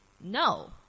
no